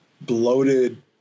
bloated